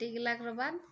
फटि गेलाके रऽ बाद